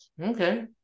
Okay